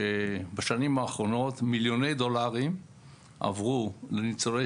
שבשנים האחרונות מיליוני דולרים עברו לניצולי